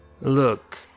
Look